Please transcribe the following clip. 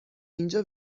اینجا